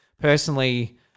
Personally